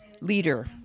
leader